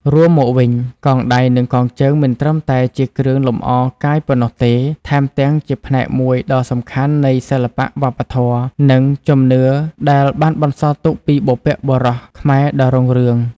រួមមកវិញ កងដៃ និងកងជើង មិនត្រឹមតែជាគ្រឿងលម្អកាយប៉ុណ្ណោះទេ ថែមទាំងជាផ្នែកមួយដ៏សំខាន់នៃសិល្បៈ វប្បធម៌ និងជំនឿដែលបានបន្សល់ទុកពីបុព្វបុរសខ្មែរដ៏រុងរឿង។